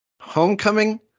Homecoming